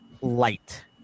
light